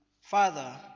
Father